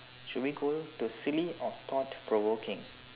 should we go to silly or thought provoking